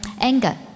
Anger